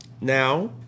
now